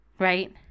right